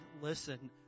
listen